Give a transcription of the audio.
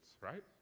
right